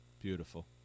Beautiful